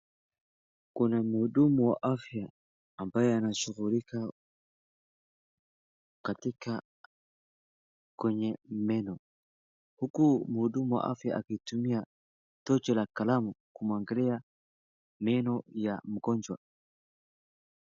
Kuna mhudumu wa afya ambaye anashuhghulika katika kwenye meno huku mhudumu wa afya akitumia tochi la kalamu kumwangalia meno ya mgonjwa.